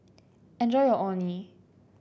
enjoy your Orh Nee